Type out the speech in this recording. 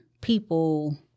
people